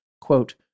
Quote